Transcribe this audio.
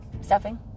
Stuffing